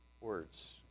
words